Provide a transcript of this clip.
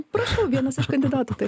prašau vienas iš kandidatų tai